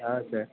હા સર